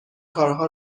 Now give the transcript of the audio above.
کارها